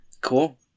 Cool